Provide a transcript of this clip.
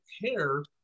care